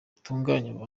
rutunganya